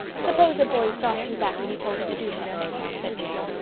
suppose a boy sauced you back when you told him to do something? said jane.